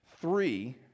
three